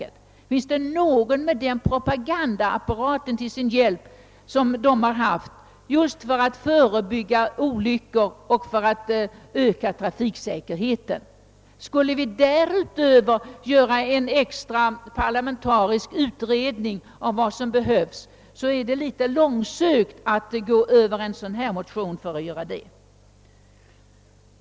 Har man på något annat område haft en sådan propagandaapparat till sin hjälp som man här har haft för att förebygga olyckor och öka trafiksäkerheten? Att kräva att vi därutöver skulle låta en sådan parlamentarisk utredning som krävs i motionen undersöka vad som behövs, förefaller vara litet långsökt.